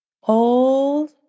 Hold